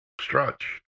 Stretch